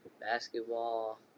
basketball